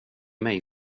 mig